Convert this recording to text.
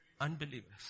unbelievers